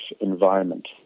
environment